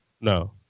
No